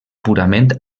purament